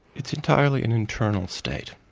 it's entirely and internal state.